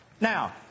Now